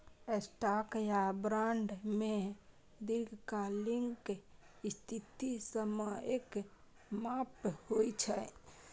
stock या bond मे दीर्घकालिक स्थिति समयक माप होइ छै